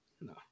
no